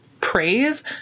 praise